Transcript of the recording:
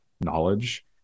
knowledge